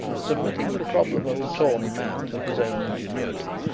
submitting the problem of the tawny man to his own ingenuity,